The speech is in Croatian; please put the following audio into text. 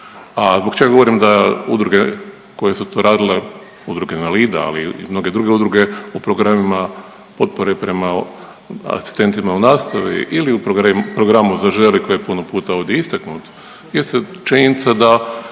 a zbog čega govorim da udruge koje su to radile, udruge invalida, ali i mnoge druge udruge u programima potpore prema asistentima u nastavi ili u programu Zaželi koji je puno puta ovdje istaknut jeste činjenica da